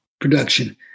production